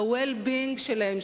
שה-well being שלהם,